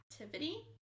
activity